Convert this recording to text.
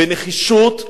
בנחישות,